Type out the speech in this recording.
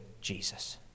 Jesus